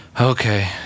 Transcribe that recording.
Okay